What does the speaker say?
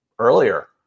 earlier